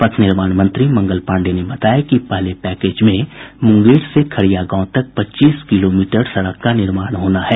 पथ निर्माण मंत्री मंगल पांडेय ने बताया कि पहले पैकेज में मुंगेर से खरिया गांव तक पच्चीस किलोमीटर सड़क का निर्माण होना है